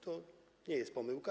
To nie jest pomyłka.